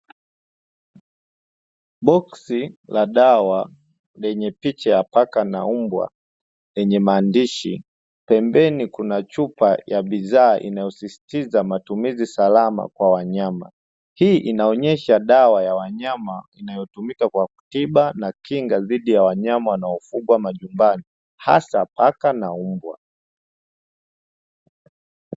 Boksi la dawa lenye picha ya paka na mbwa yenye maandishi pembeni kuna chupa ya bidhaa inayosisitiza matumizi salama kwa wanyama. Hii inaonyesha dawa ya wanyama inayotumika kwa katiba na kinga dhidi ya wanyama wanaofugwa majumbani, hasa paka na mbwa.